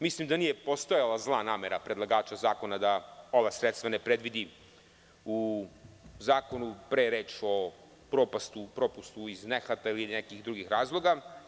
Mislim da nije postojala zla namera predlagača zakona da ova sredstva ne predvidi u zakonu, pre je reč o propustu iz nehata ili nekih drugih razloga.